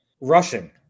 Rushing